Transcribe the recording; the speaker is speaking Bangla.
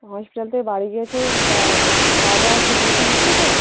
হসপিটাল থেকে বাড়ি গেছেন তা খাওয়া দাওয়া ঠিক মতোন হচ্ছে তো